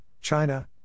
China